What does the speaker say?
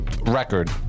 record